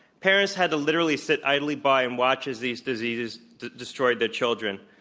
parents had to literally sit idly by and watch as these diseases destroyed their children.